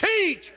teach